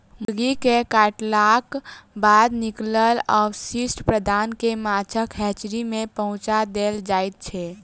मुर्गी के काटलाक बाद निकलल अवशिष्ट पदार्थ के माछक हेचरी मे पहुँचा देल जाइत छै